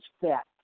fat